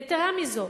יתירה מזאת,